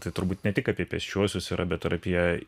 tai turbūt ne tik apie pėsčiuosius yra bet ir apie